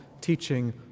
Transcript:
teaching